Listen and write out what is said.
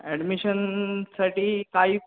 ॲडमिशनसाठी काही